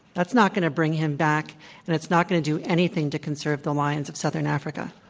that's not going to bring him back and it's not going to do anything to conserve the lions of southern africa.